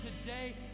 today